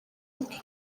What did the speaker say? bwe